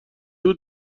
بود